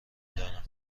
دانم